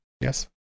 Yes